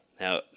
Now